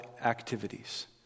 activities